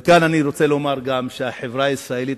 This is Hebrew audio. מכאן אני רוצה לומר גם שהחברה הישראלית,